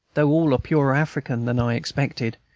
though all are purer african than i expected.